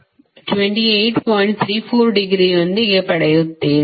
34 ಡಿಗ್ರಿಯೊಂದಿಗೆ ಪಡೆಯುತ್ತೀರಿ